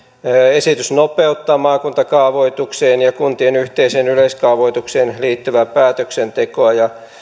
esitys nopeuttaa maakuntakaavoitukseen ja kuntien yhteiseen yleiskaavoitukseen liittyvää päätöksentekoa ja